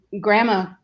grandma